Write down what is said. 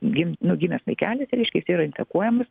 gim nu gimęs vaikelis reiškia jisai yra intakuojamas